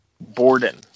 Borden